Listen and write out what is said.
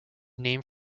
named